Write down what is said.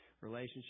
relationship